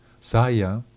Saya